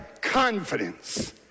confidence